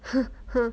!huh! !huh!